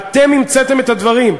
אתם המצאתם את הדברים.